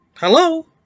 Hello